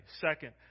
Second